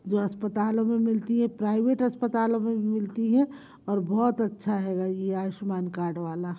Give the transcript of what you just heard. जो अस्पतालों में मिलती है प्राइवेट अस्पतालो में भी मिलती है और बहुत अच्छा हैगा ये आयुष्मान कार्ड वाला